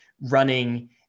running